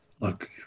Look